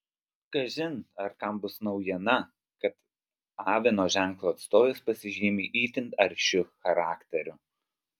kažin ar kam bus naujiena kad avino ženklo atstovės pasižymi itin aršiu charakteriu